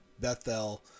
Bethel